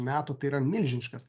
metų tai yra milžiniškas